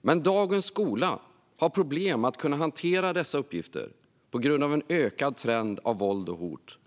Men dagens skola har problem med att hantera dessa uppgifter på grund av en ökad trend med våld och hot.